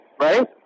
right